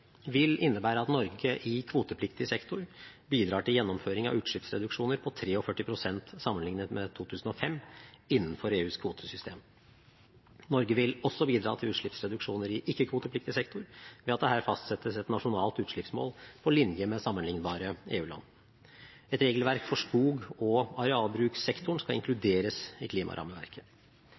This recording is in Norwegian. vil innebære at Norge i kvotepliktig sektor bidrar til gjennomføring av utslippsreduksjoner på 43 pst. sammenlignet med 2005, innenfor EUs kvotesystem. Norge vil også bidra til utslippsreduksjoner i ikke-kvotepliktig sektor ved at det her fastsettes et nasjonalt utslippsmål på linje med sammenlignbare EU-land. Et regelverk for skog- og arealbrukssektoren skal inkluderes i klimarammeverket.